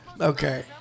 Okay